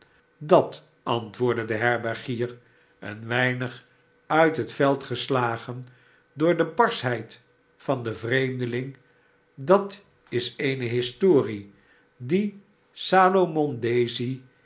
dat antwoordde de herbergier een weinig uit het veld geslagen door de barschheid van den vreemdeling dat is eene historie die